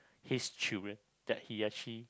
his children that he actually